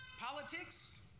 Politics